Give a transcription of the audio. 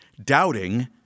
Doubting